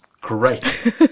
Great